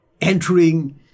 entering